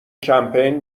کمپین